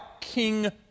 king